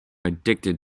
addicted